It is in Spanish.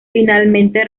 finalmente